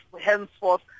henceforth